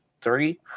three